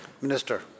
Minister